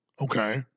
Okay